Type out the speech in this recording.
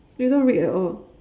you don't read at all